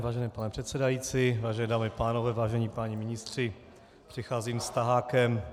Vážený pane předsedající, vážené dámy a pánové, vážení páni ministři, přicházím s tahákem.